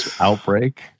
outbreak